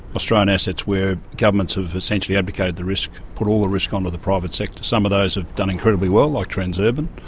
australian assets where government have essentially abdicated the risk, put all the risk onto the private sector some of those have done incredibly well, like transurban,